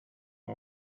own